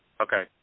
Okay